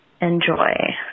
Enjoy